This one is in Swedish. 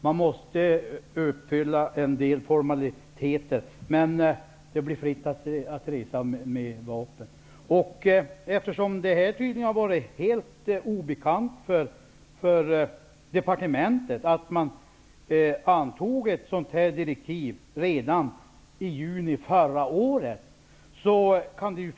Man måste uppfylla en del formaliteter, men det blir alltså ändå fritt att resa med vapen. Tydligen har det varit helt obekant för departementet att ett sådant direktiv antogs redan i juni förra året.